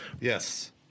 Yes